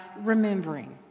remembering